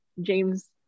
james